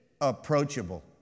approachable